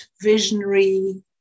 visionary